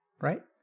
Right